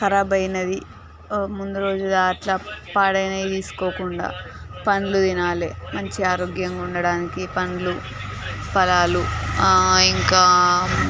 ఖరాబ్ అయినది ముందు రోజుది అట్లా పాడైనది తీసుకోకుండా పళ్ళు తినాలి మంచి ఆరోగ్యంగా ఉండటానికి పళ్ళు ఫలాలు ఇంకా